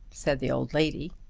said the old lady.